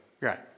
Right